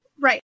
right